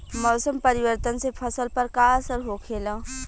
मौसम परिवर्तन से फसल पर का असर होखेला?